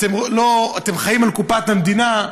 אתם חיים על קופת המדינה,